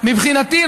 מבחינתי,